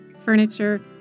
furniture